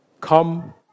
come